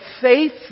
faith